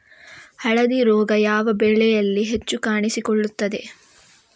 ಹಳದಿ ರೋಗ ಯಾವ ಬೆಳೆಯಲ್ಲಿ ಹೆಚ್ಚು ಕಾಣಿಸಿಕೊಳ್ಳುತ್ತದೆ?